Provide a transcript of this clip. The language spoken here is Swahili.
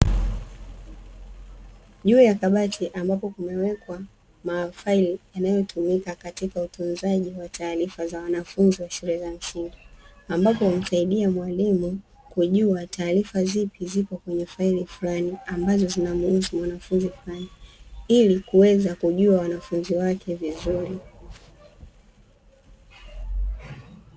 Juu ya kabati ambapo kumewekwa mafaili yanayotumika katika utunzaji wa taarifa za wanafunzi wa shule ya msingi, ambapo humsaidia mwalimu kujua taarifa zipi zipo kwenye faili fulani ambazo zinamhusu mwanafunzi fulani; ili kuweza kujua wanafunzi wake vizuri.